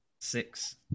six